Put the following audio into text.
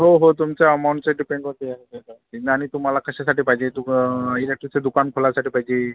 हो हो तुमच्या अमाऊंटच्या डिपेंडवरती आहे सगळं निंद आणि तुम्हाला कशासाठी पाहिजे तू इलेक्ट्रिकचं दुकान खोलायसाठी पाहिजे